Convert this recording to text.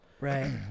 Right